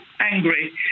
angry